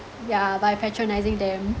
ya by patronising them